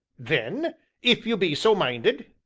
then if you be so minded?